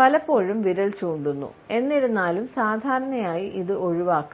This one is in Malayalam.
പലപ്പോഴും വിരൽ ചൂണ്ടുന്നു എന്നിരുന്നാലും സാധാരണയായി ഇത് ഒഴിവാക്കണം